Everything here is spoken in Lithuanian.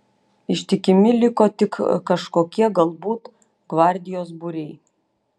ištikimi liko tik kažkokie galbūt gvardijos būriai